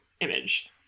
image